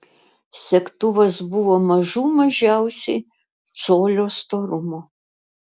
segtuvas buvo mažų mažiausiai colio storumo